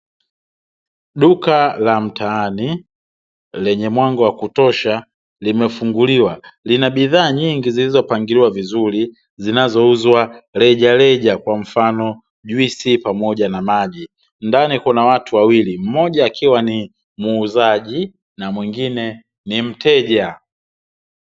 Duka la mtaani, lenye mwanga wa kutosha limefunguliwa. Lina bidhaa nyingi zilizopangiliwa vizuri zinazouzwa rejareja, kwa mfano; juisi pamoja na maji. Ndani kuna watu wawili mmoja akiwa ni muuzaji na mwingine ni mteja.